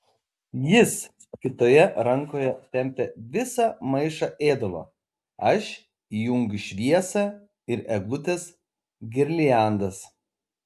jis kitoje rankoje tempia visą maišą ėdalo aš įjungiu šviesą ir eglutės girliandas